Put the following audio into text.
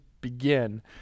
begin